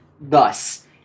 thus